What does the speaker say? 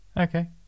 Okay